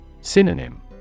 Synonym